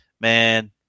Man